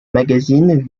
magazine